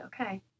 okay